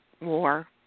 war